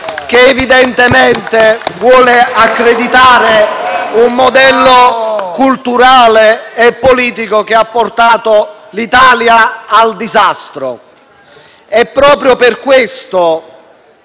che evidentemente vuole accreditare un modello culturale e politico che ha portato l'Italia al disastro. BONINO *(Misto-PEcEB)*.